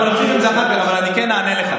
נמשיך עם זה אחר כך, אבל אני כן אענה לך.